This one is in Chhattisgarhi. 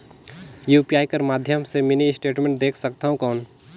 यू.पी.आई कर माध्यम से मिनी स्टेटमेंट देख सकथव कौन?